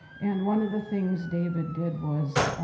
and one of the things david did was,